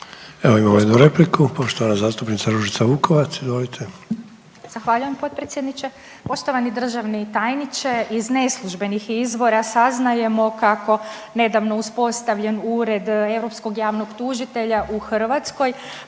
Evo, imamo jednu repliku, poštovana zastupnica Ružica Vukovac. Izvolite. **Vukovac, Ružica (DP)** Zahvaljujem potpredsjedniče. Poštovani državni tajniče, iz neslužbenih izvora saznajemo kako nedavno uspostavljen Ured europskog javnog tužitelja u Hrvatskoj